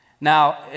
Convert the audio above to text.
Now